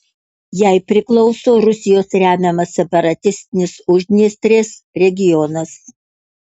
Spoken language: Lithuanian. jai priklauso rusijos remiamas separatistinis uždniestrės regionas